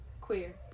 queer